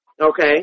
Okay